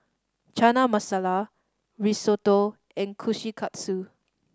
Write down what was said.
Chana Masala Risotto and Kushikatsu